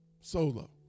solo